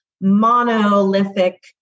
monolithic